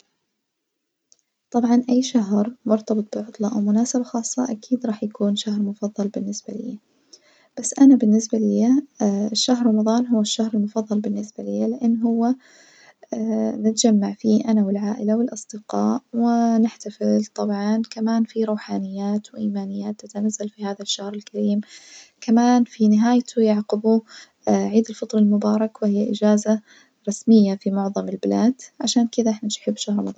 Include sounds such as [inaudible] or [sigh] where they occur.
طبعا أي شهر مرتبط بعطلة أو مناسبة خاصة أكيد راح يكون شهر مفظل بالنسبة ليا، بس أنا بالنسبة ليا شهر رمضان هو الشهر المفضل بالنسبة ليا لإن هو [hesitation] نتجمع فيه أنا والعائلة والأصدقاء و [hesitation] نحتفل طبعًا، كمان فيه روحانيات وإيمانيات تتمثل في هذا الشهر الكريم، كمان في نهايته يعقبه عيد الفطر المبارك وهي إجازة رسمية في معظم البلاد، عشان كدا إحنا شنحب شهر رمضان.